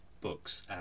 books